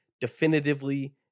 definitively